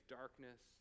darkness